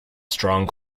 strong